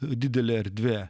didelė erdvė